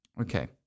Okay